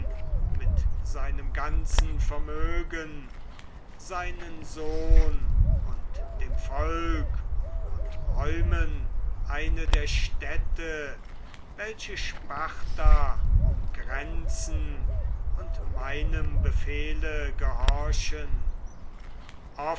mit seinem ganzen vermögen seinem sohn und dem volk und räumen eine der städte welche sparta umgrenzen und meinem befehle gehorchen